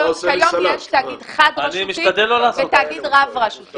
כיום יש תאגיד חד רשותי ותאגיד רב רשותי.